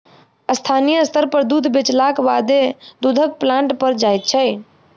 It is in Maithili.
स्थानीय स्तर पर दूध बेचलाक बादे दूधक प्लांट पर जाइत छै